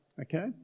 Okay